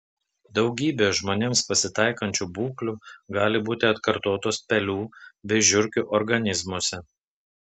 daugybė žmonėms pasitaikančių būklių gali būti atkartotos pelių bei žiurkių organizmuose